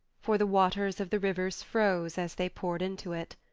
for the waters of the rivers froze as they poured into it.